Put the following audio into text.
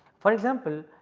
for example,